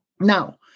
Now